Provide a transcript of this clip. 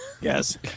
Yes